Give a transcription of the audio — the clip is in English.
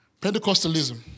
Pentecostalism